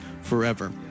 forever